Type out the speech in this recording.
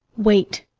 wait,